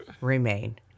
remain